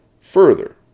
Further